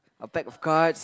a pack of cards